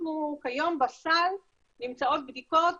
כיום בסל נמצאות בדיקות